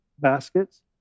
baskets